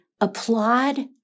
applaud